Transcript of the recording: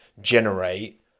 generate